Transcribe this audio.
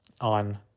on